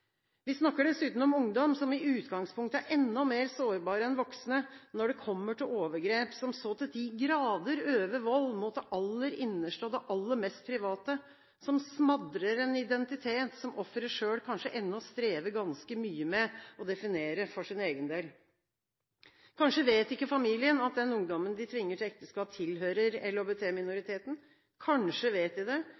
Vi snakker dessuten om ungdom, som i utgangspunktet er enda mer sårbare enn voksne når det kommer til overgrep som så til de grader øver vold mot det aller innerste og det aller mest private, som smadrer en identitet som offeret selv kanskje ennå strever ganske mye med å definere for seg selv. Kanskje vet ikke familien at den ungdommen de tvinger til ekteskap, tilhører